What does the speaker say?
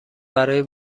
برای